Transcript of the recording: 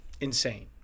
Insane